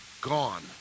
gone